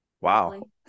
Wow